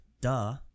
Duh